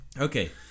Okay